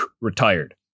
Retired